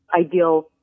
ideal